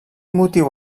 motiu